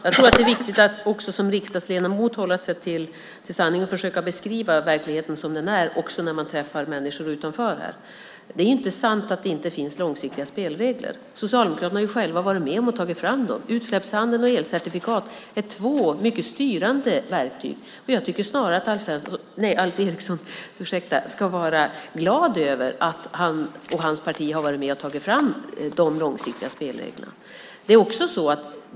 Fru talman! Det är viktigt att som riksdagsledamot hålla sig till sanningen och försöka beskriva verkligheten som den är också när man träffar människor utanför. Det är inte sant att det inte finns några långsiktiga spelregler. Socialdemokraterna har själva varit med om att ta fram dem. Utsläppshandel och elcertifikat är två mycket styrande verktyg. Jag tycker snarare att Alf Eriksson ska vara glad över att han och hans parti har varit med och tagit fram de långsiktiga spelreglerna.